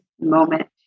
moment